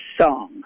song